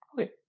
Okay